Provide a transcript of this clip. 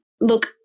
look